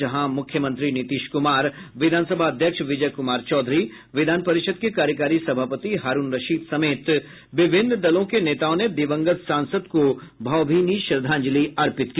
जहां मुख्यमंत्री नीतीश कुमार विधान सभा अध्यक्ष विजय कुमार चौधरी विधान परिषद के कार्यकारी सभापति हारूण रशीद समेत विभिन्न दलों के नेताओं ने दिवंगत सांसद को भावभीनी श्रद्धांजलि अर्पित की